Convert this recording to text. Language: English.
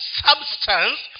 substance